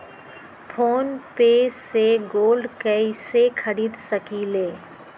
Phone पे से gold कईसे खरीद सकीले?